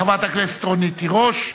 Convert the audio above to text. חברת הכנסת רונית תירוש.